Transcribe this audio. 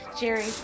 Jerry